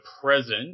present